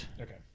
Okay